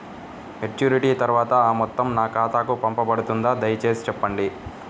Maturity తర్వాత ఆ మొత్తం నా ఖాతాకు పంపబడుతుందా? దయచేసి చెప్పండి?